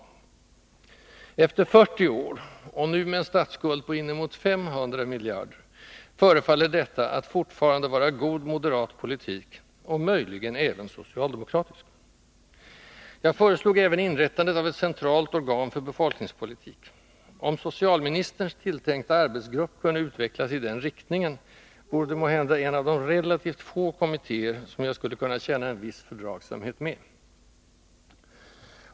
Efter 40 år — och nu med en statsskuld på inemot 500 miljarder — förefaller detta att fortfarande vara god moderat politik, och möjligen även socialdemokratisk? Jag föreslog även inrättandet av ett centralt organ för befolkningspolitik. Om socialministerns tilltänkta arbetsgrupp kunde utvecklas i den riktningen vore den måhända en av de relativt få kommittéer som jag skulle kunna känna en viss fördragsamhet med.